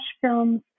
films